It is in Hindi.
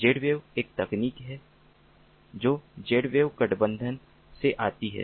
Zwave एक तकनीक है जो Zwave गठबंधन से आती है